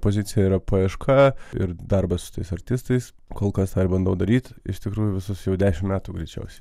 pozicija yra paieška ir darbas su tais artistais kol kas aš bandau daryt iš tikrųjų visus jau dešimt metų greičiausiai